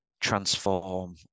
transform